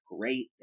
great